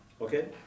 Okay